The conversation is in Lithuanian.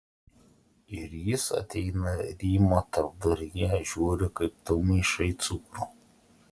ir jis ateina rymo tarpduryje žiūri kaip tu maišai cukrų